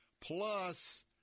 Plus